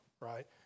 right